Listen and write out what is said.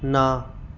ਨਾ